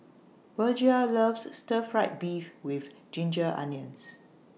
Virgia loves Stir Fried Beef with Ginger Onions